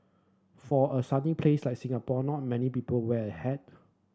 for a sunny place like Singapore not many people wear a hat